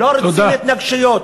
לא רוצים התנגשויות,